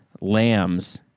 lambs